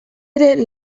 ere